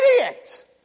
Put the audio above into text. idiot